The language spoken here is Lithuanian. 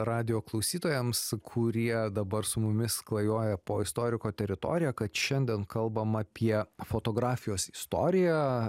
radijo klausytojams kurie dabar su mumis klajoja po istoriko teritoriją kad šiandien kalbam apie fotografijos istoriją